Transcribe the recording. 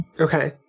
Okay